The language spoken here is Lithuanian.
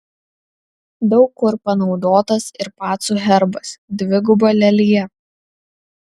daug kur panaudotas ir pacų herbas dviguba lelija